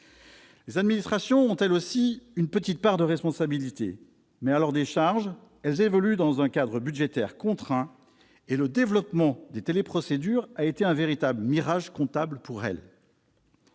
Les administrations ont, elles aussi, une petite part de responsabilité, mais, à leur décharge, elles évoluent dans un cadre budgétaire contraint, et le développement des téléprocédures a été un véritable mirage comptable pour elles.